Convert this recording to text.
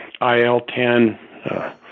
IL-10